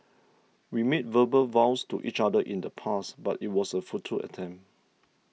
we made verbal vows to each other in the past but it was a futile attempt